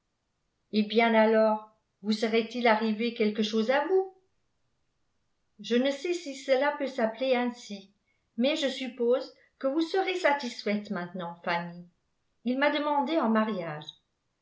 eh bien alors vous serait-il arrivé quelque chose à vous je ne sais si cela peut s'appeler ainsi mais je suppose que vous serez satisfaite maintenant fanny il m'a demandée en mariage